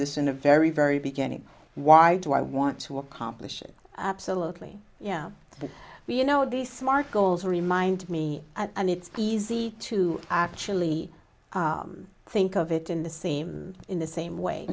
this in a very very beginning why do i want to accomplish absolutely you know you know the smart goals remind me and it's easy to actually think of it in the same in the same way